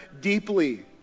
deeply